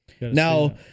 Now